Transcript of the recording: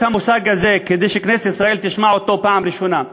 המושג הזה כדי שכנסת ישראל תשמע אותו פעם ראשונה,